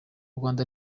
rwanda